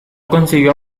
consiguió